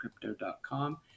crypto.com